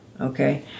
Okay